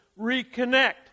reconnect